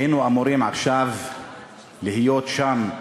היינו אמורים עכשיו להיות שם,